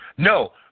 No